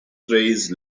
trays